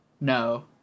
No